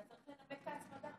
אדוני השר, חבריי חברי הכנסת,